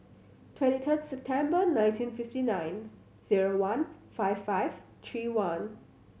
twenty third September nineteen fifty nine zero one five five three one